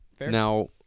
Now